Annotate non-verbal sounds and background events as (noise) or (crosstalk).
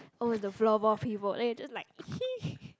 oh the floorball people then you just like (noise)